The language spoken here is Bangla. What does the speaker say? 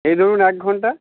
এই ধরুন এক ঘন্টা